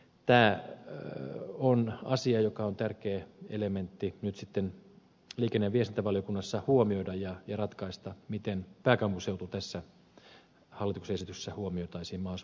tämä on asia joka on tärkeä elementti nyt sitten liikenne ja viestintävaliokunnassa huomioida ja ratkaista miten pääkaupunkiseutu tässä hallituksen esityksessä huomioitaisiin mahdollisimman hyvin